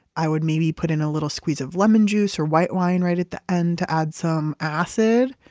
i would maybe put in a little squeeze of lemon juice or white wine right at the end to add some acid,